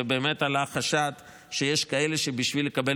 ובאמת עלה חשד שיש כאלה שבשביל לקבל